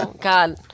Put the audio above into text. God